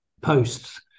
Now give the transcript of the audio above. posts